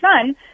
son